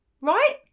right